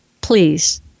please